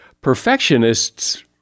perfectionists